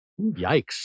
Yikes